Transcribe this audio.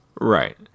Right